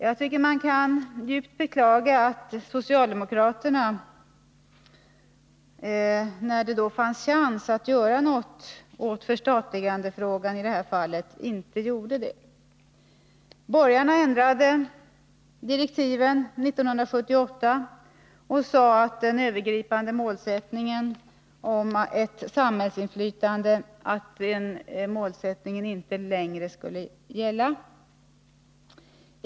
Jag tycker att man kan djupt beklaga att socialdemokraterna, när det fanns chans att göra något åt förstatligandefrågan, inte gjorde det. Borgarna ändrade på direktiven 1978 och sade att den övergripande målsättningen om ett samhällsinflytande inte längre borde gälla.